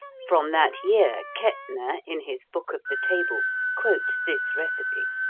from that year kettner in his book of the table quotes this recipe